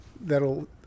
that'll